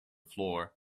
floor